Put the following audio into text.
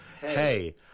hey